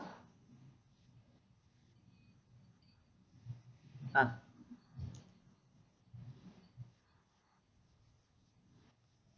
ah